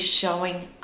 showing